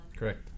Correct